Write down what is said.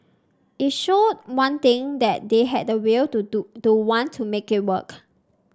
it showed one thing that they had the will to do to want to make it work